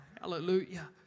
Hallelujah